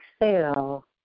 exhale